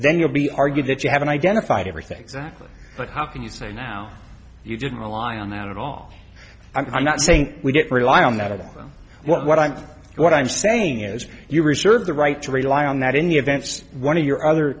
then you'll be argued that you haven't identified everything exactly but how can you say now you didn't rely on that at all i'm not saying we get rely on that at all what i'm what i'm saying is you reserve the right to rely on that in the events one of your other